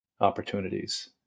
opportunities